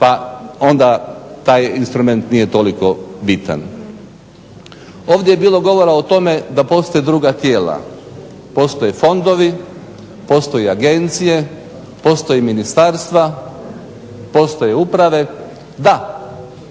pa onda taj instrument nije toliko bitan. Ovdje je bilo govora o tome da postoje druga tijela, postoje fondovi, postoje agencije, postoje ministarstva, postoje uprave. Da, postoje